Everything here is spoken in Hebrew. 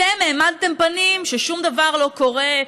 אתם העמדתם פנים ששום דבר לא קורה,